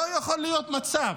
לא יכול להיות מצב